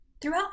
Throughout